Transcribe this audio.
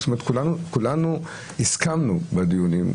כולנו הסכמנו בדיונים,